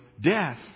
death